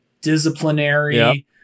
disciplinary